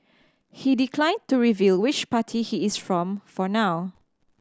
he declined to review which party he is from for now